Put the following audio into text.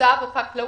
הממוצע בחקלאות,